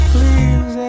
Please